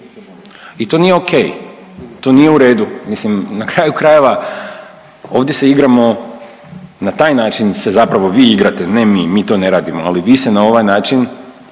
I to nije ok, to nije redu. Mislim na kraju krajeva ovdje se igramo, na taj način se zapravo vi igrate, ne mi, mi to ne radimo, ali vi se na ovaj način